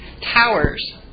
towers